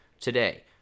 today